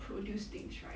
produce things right